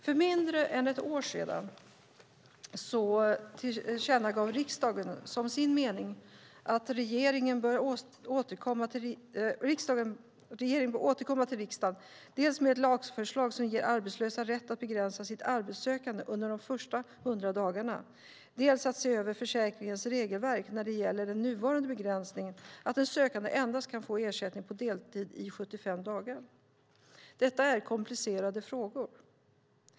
För mindre än ett år sedan tillkännagav riksdagen som sin mening att regeringen bör återkomma till riksdagen dels med ett lagförslag som ger arbetslösa rätt att begränsa sitt arbetssökande under de första hundra dagarna, dels att se över försäkringens regelverk när det gäller den nuvarande begränsningen att en sökande endast kan få ersättning på deltid i 75 dagar. Detta är komplicerade frågor.